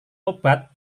obat